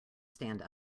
stand